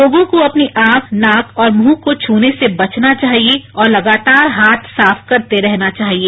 लोगों को अपनी आंख नाक और मुंह को छूने से बचना चाहिए और लगातार हाथ साफ करते रहना चाहिए